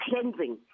cleansing